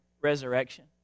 resurrection